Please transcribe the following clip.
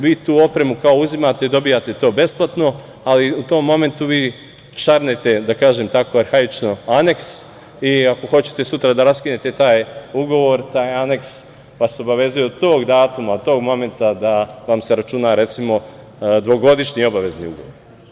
Vi tu opremu kao uzimate, dobijate to besplatno, ali u tom momentu vi šarnete, da kažem tako arhaično, aneks i ako hoćete sutra da raskinete taj ugovor, taj aneks vas obavezuje od tog datuma, od tog momenta da vam se računa, recimo, dvogodišnji obavezni ugovor.